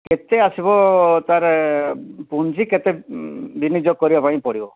କେତେ ଆସିବ ତା'ର ପୁଞ୍ଜି କେତେ ବିନିଯୋଗ କରିବା ପାଇଁ ପଡ଼ିବ